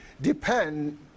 depend